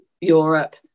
Europe